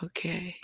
Okay